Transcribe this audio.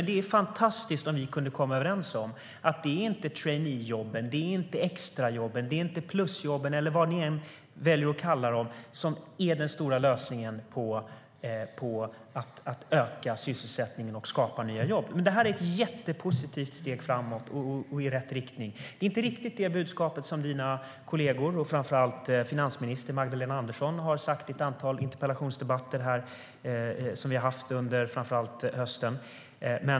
Det vore fantastiskt om vi kunde komma överens om att det inte är traineejobben, inte extrajobben, inte plusjobben eller vad ni än väljer att kalla dem som är den stora lösningen för att öka sysselsättningen och skapa nya jobb. Men det här är ett jättepositivt steg framåt och i rätt riktning. Det är inte riktigt det budskapet som Ylva Johanssons kolleger och framför allt finansminister Magdalena Andersson har haft i ett antal interpellationsdebatter som vi har haft under hösten.